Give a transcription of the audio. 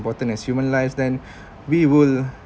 important as human lives then we will